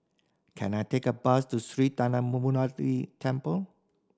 can I take a bus to Sri Thendayuthapani Temple